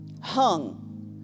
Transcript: hung